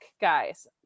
guys